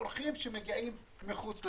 אורחים שמגיעים מחוץ לישובים.